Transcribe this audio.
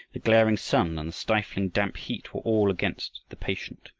the glaring sun and the stifling damp heat were all against the patient.